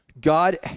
God